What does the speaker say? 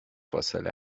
فاصله